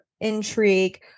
intrigue